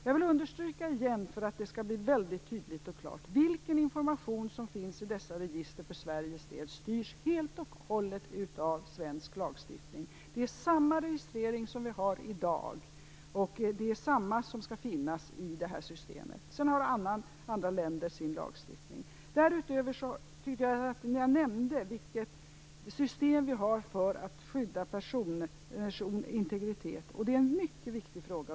Jag vill återigen, för att det skall bli väldigt tydligt och klart, understryka att vilken information som finns i dessa register för Sveriges del helt och hållet styrs av svensk lagstiftning. Det är samma registrering som vi har i dag som skall finnas i detta system. Andra länder har sin lagstiftning. Jag tyckte att jag nämnde vilket system vi har för att skydda den personliga integriteten. Det är en mycket viktig fråga.